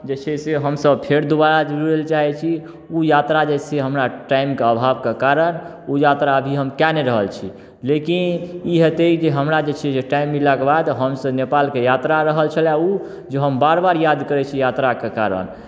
जे छै से हमसभ फेर दोबारा जुड़य लेल चाहै छी ओ यात्रा जे अछि से हमरा टाइमके अभावके कारण ओ यात्रा अभी हम कए नहि रहल छी लेकिन ई हेतै जे हमरा जे छै जे टाइम मिललाके बाद हमसभ नेपालके यात्रा रहल छलय ओ जे हम बार बार याद करै छी यात्राके कारण